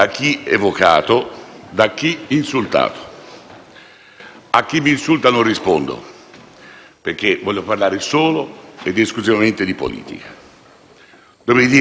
A chi mi insulta non rispondo, perché voglio parlare solo ed esclusivamente di politica. Dovrei dire «*ecce homo*», con tutto quello che ho ascoltato.